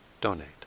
donate